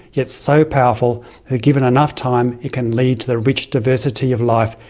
yet so powerful, that given enough time it can lead to the rich diversity of life,